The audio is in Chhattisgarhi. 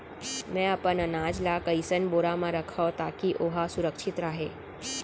मैं अपन अनाज ला कइसन बोरा म रखव ताकी ओहा सुरक्षित राहय?